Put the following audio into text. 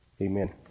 Amen